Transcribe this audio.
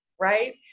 right